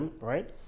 right